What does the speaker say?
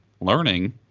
learning